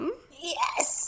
Yes